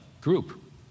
group